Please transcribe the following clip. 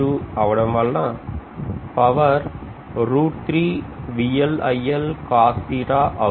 అవ్వడం వలన power root అవుతుంది